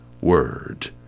word